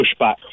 pushback